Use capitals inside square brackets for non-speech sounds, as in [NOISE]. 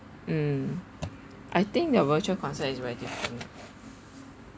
mm [NOISE] I think their virtual concert is very different [NOISE]